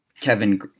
Kevin